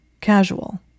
casual